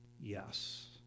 Yes